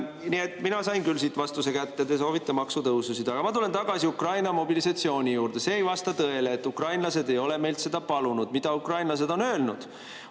Nii et mina sain küll siit vastuse kätte: te soovite maksutõususid. Aga ma tulen tagasi Ukraina mobilisatsiooni juurde. See ei vasta tõele, et ukrainlased ei ole meilt seda palunud. Mida ukrainlased on öelnud,